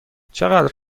چقدر